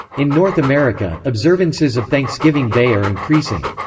in north america, observances of thanksgiving day are increasing.